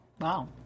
Wow